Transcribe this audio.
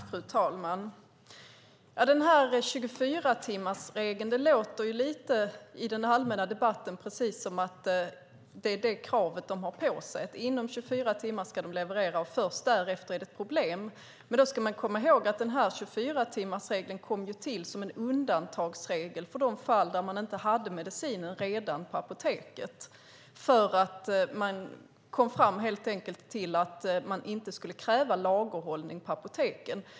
Fru talman! I den allmänna debatten låter det som att 24-timmarsregeln är det krav apoteken har på sig. De ska leverera inom 24 timmar, och först därefter är det ett problem. Vi ska dock komma ihåg att 24-timmarsregeln kom till som en undantagsregel för de fall då de inte hade medicinen på apoteket, eftersom man kom fram till att inte kräva lagerhållning på apoteken.